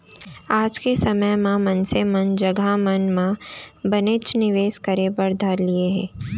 आज के समे म मनसे मन जघा मन म बनेच निवेस करे बर धर लिये हें